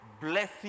blessing